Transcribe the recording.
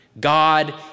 God